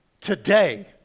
today